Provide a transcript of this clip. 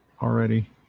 already